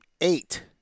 eight